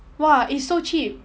!wah! it's so cheap